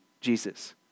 Jesus